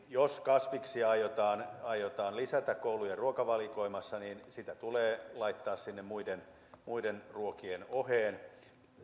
jos kasviksia aiotaan aiotaan lisätä koulujen ruokavalikoimassa niin niitä tulee laittaa sinne muiden muiden ruokien oheen